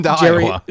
Jerry